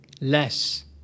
less